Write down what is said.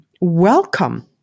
welcome